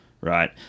Right